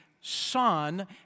Son